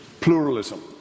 pluralism